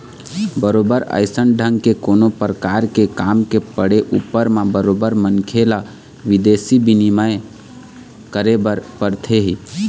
बरोबर अइसन ढंग के कोनो परकार के काम के पड़े ऊपर म बरोबर मनखे ल बिदेशी बिनिमय करे बर परथे ही